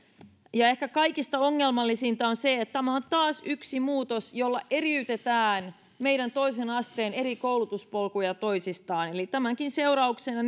ja ehkä kaikista ongelmallisinta on se että tämä on taas yksi muutos jolla eriytetään meidän toisen asteen eri koulutuspolkuja toisistaan eli tämänkin seurauksena